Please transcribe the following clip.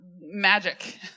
magic